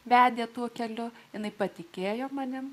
vedė tuo keliu jinai patikėjo manimi